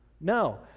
No